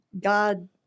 God